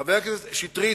חבר הכנסת שטרית,